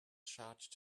charged